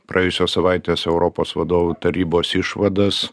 praėjusios savaitės europos vadovų tarybos išvadas